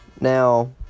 Now